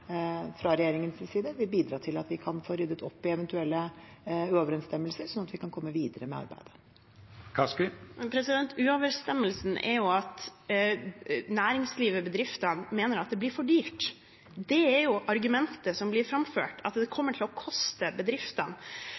til at vi kan få ryddet opp i eventuelle uoverensstemmelser, sånn at vi kan komme videre med arbeidet. Uoverensstemmelsen er jo at næringslivet, bedriftene, mener at det blir for dyrt. Det er argumentet som blir framført, at det kommer til å koste bedriftene.